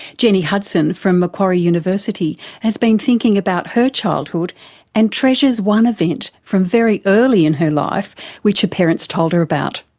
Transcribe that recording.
jennie hudson from macquarie university has been thinking about her childhood and treasures one event from very early in her life which her parents told her about.